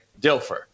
Dilfer